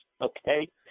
Okay